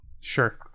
Sure